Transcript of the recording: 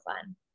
fun